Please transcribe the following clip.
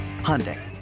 Hyundai